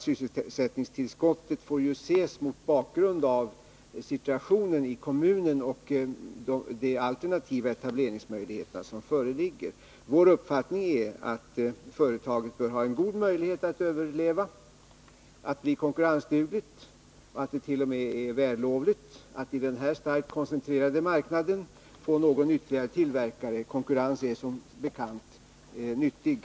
Sysselsättningstillskottet får ses mot bakgrund av situationen i kommunen och de alternativa etablerings möjligheter som föreligger. Nr 23 Vår uppfattning är att företaget bör ha en god möjlighet att överleva, att bli konkurrensdugligt. Det är t.o.m. vällovligt att få någon ytterligare tillverkare på den här starkt koncentrerade marknaden. Konkurrens är som bekant nyttigt.